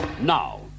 now